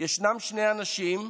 ישנם שני אנשים,